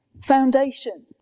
foundation